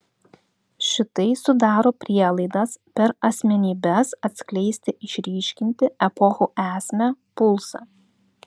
šitai sudaro prielaidas per asmenybes atskleisti išryškinti epochų esmę pulsą